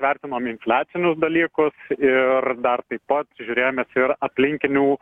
vertinom infliacinius dalykus ir dar taip pat žiūrėjomės ir aplinkinių